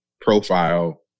profile